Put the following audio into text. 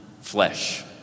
flesh